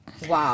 Wow